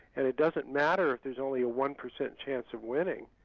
and it doesn't matter if there's only a one percent chance of winning.